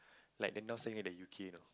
like they now staying at the u_k know